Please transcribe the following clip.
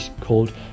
called